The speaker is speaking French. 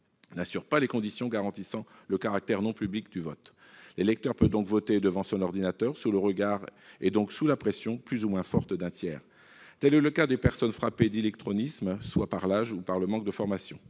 n'assure pas les conditions garantissant le caractère non public du vote. L'électeur peut voter devant son ordinateur sous le regard, donc sous la pression plus ou moins forte d'un tiers. Tel le cas des personnes frappées d'illectronisme, soit par l'âge, soit par manque de formation.